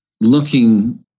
looking